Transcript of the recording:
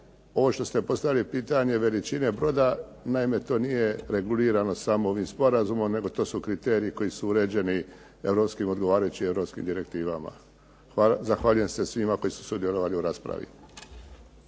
Ovo što ste postavili pitanje veličine broda, naime to nije regulirano samo ovim sporazumom, nego to su kriteriji koji su uređeni europskim, odgovarajućim europskim direktivama. Zahvaljujem se svima koji su sudjelovali u raspravi.